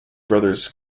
brothers